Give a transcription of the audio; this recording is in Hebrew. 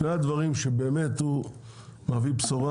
שני הדברים שבאמת הוא מביא בשורה,